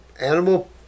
Animal